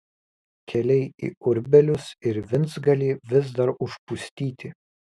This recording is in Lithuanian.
keliai į urbelius ir vincgalį vis dar užpustyti